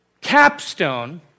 capstone